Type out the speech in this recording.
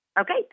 Okay